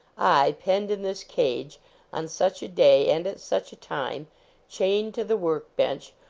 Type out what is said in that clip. i penned in this cage on such a day and at such a time chained to the work-bench,